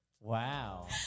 Wow